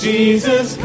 Jesus